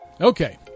Okay